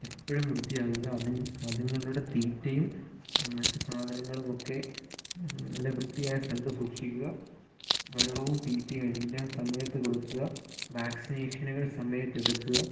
എപ്പോഴും വൃത്തിയാകുക അതിന് അതുങ്ങളുടെ തീറ്റയും മറ്റു സാധനങ്ങളുമൊക്കെ ഉം നല്ല വൃത്തിയായ സ്ഥലത്ത് സൂക്ഷിക്കുക വെള്ളവും തീറ്റിയുമെല്ലാം സമയത്ത് കൊടുക്കുക വാക്സിനേഷനുകൾ സമയത്ത് എടുക്കുക